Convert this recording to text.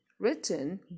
Written